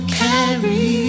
carry